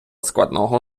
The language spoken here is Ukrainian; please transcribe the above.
складного